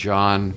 John